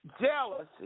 Jealousy